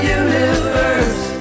universe